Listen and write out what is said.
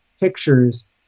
pictures